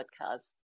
podcast